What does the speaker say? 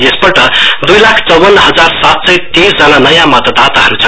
यसपल्ट दुई लाख चौवन्न हजार सात सय लेइसजना नयाँ मतदाताहरू छन्